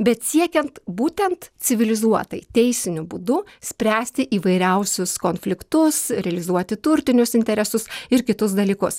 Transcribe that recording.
bet siekiant būtent civilizuotai teisiniu būdu spręsti įvairiausius konfliktus realizuoti turtinius interesus ir kitus dalykus